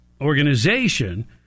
organization